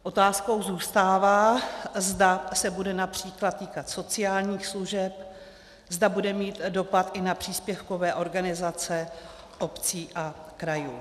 Otázkou zůstává, zda se bude například týkat sociálních služeb, zda bude mít dopad i na příspěvkové organizace obcí a krajů.